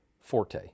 Forte